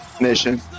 Nation